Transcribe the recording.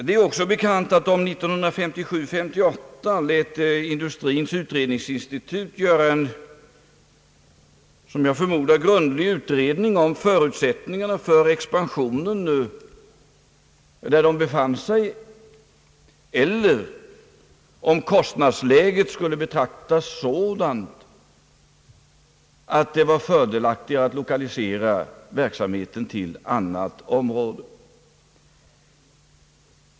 Det är också bekant att det 1957/58 lät industrins utredningsinstitut göra en som jag förmodar grundlig utredning av frågan om det fanns förutsättningar för expansion där företaget befann sig eller om kostnadsläget skulle göra det fördelaktigare att lokalisera verksamheten till annat område.